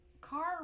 car